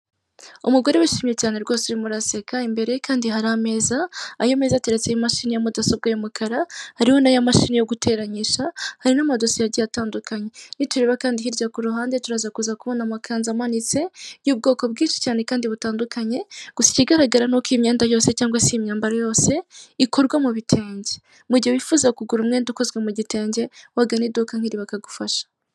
Umugore wishimye cyane rwose uririmo araseka imbere ye kandi hari ameza, ayo meza ateretse imashini ya mudasobwa y'umukara, hariho na yamashine yo guteranyisha hari n'amadosiye agiye atandukanye. Nitureba kandi hirya ku ruhande turaza kuza kubona amakanzu amanitse, y'ubwoko bwinshi cyane kandi butandukanye, gusa ikigaragara ni uko imyeda yose cyangwa se iyi imyambaro yose, ikorwa mu bitenge, mu gihe wifuza kugura umwenda ukozwe mu gitenge, wagana iduka nkiri bakagufasha.